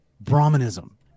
brahmanism